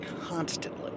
constantly